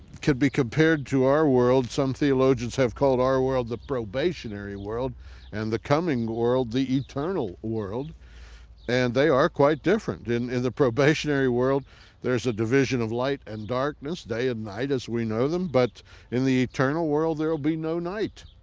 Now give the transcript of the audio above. could be compared to our world. some theologians have called our world the probationary world and the coming world the eternal world and they are quite different. in in the probationary world there's a division of light and darkness, day and night as we know them, but in the eternal world there'll be no night.